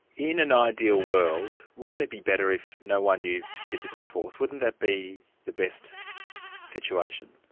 in an ideal world, wouldn't it be better if no-one used physical force? wouldn't that be the best situation?